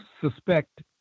suspect